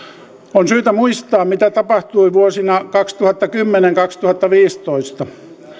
on syytä muistaa mitä tapahtui vuosina kaksituhattakymmenen viiva kaksituhattaviisitoista